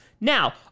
Now